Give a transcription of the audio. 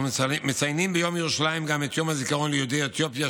אנחנו מציינים ביום ירושלים גם את יום הזיכרון ליהודי אתיופיה,